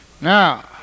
Now